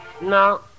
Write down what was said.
No